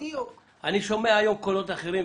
אני שומע היום קולות אחרים,